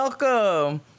welcome